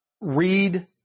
read